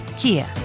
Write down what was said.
Kia